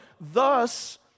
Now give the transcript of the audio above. thus